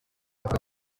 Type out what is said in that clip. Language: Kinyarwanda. avuga